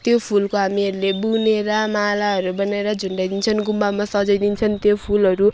त्यो फुलको हामीहरूले बुनेर मालाहरू बनाएर झुन्डाइदिन्छौँ गुम्बामा सजाइदिन्छौँ त्यो फुलहरू